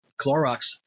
Clorox